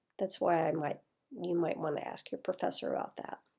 that's why i might you might want to ask your professor about that.